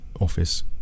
office